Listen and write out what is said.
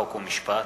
חוק ומשפט.